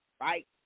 right